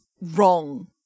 wrong